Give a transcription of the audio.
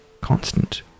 constant